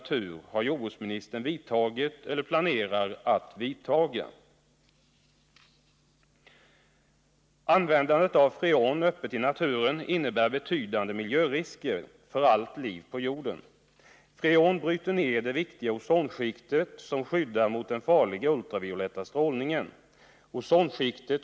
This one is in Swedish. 3. Är jordbruksministern beredd att stoppa freonutsläppen i naturen vid skrotning av kylskåp och frysar, så att denna verksamhet tvingas in i en återanvändningsprocess? 4.